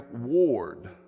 ward